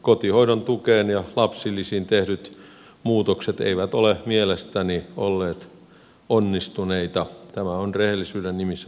kotihoidon tukeen ja lapsilisiin tehdyt muutokset eivät ole mielestäni olleet onnistuneita tämä on rehellisyyden nimissä todettava